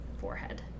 forehead